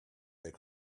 their